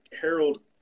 Harold